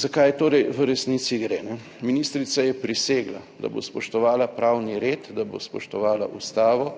Zakaj torej v resnici gre? Ministrica je prisegla, da bo spoštovala pravni red, da bo spoštovala Ustavo